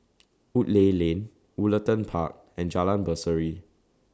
Woodleigh Lane Woollerton Park and Jalan Berseri